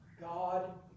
God